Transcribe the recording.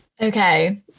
Okay